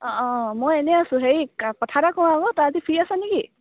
অঁ অঁ মই এনেই আছো হেৰি কা কথা এটা কওঁ আকৌ তই আজি ফ্ৰী আছ নে কি